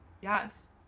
Yes